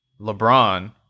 LeBron